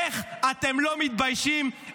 איך אתם לא מתביישים,